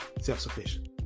Self-sufficient